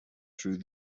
through